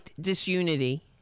disunity